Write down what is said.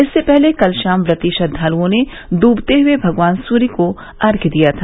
इससे पहले कल शाम व्रती श्रद्वाल्यों ने डुबते हुए भगवान सूर्य को अर्घ्य दिया था